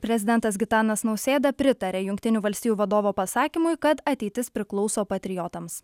prezidentas gitanas nausėda pritaria jungtinių valstijų vadovo pasakymui kad ateitis priklauso patriotams